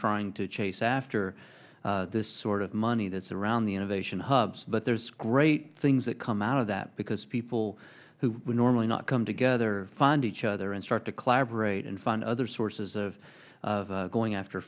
trying to chase after this sort of money that's around the innovation hubs but there's great things that come out of that because people who would normally not come together find each other and start to collaborate and find other sources of going after